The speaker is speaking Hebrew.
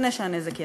לפני שהנזק ייעשה.